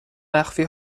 مخفی